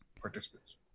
participants